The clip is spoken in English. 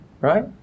right